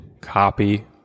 copy